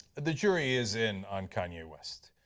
the jury is in on kanye west.